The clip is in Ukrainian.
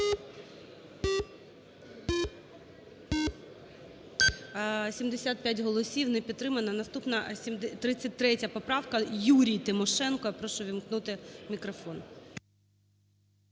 75 голосів. Не підтримана. Наступна – 33 поправка. Юрій Тимошенко. Я прошу увімкнути мікрофон.